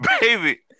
baby